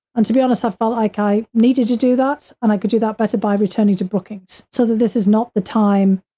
and to be honest, i felt like i needed to do that. and i could do that better by returning to brookings, so that this is not the time,